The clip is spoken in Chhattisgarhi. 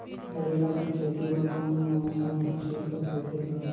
करेला कर खेती बर कोन मौसम हर ठीक होथे ग?